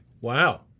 Wow